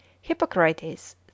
Hippocrates